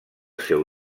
seu